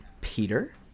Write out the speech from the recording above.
peter